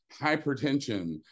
hypertension